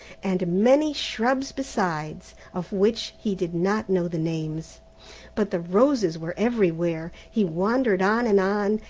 and many shrubs besides, of which he did not know the names but the roses were everywhere. he wandered on and on,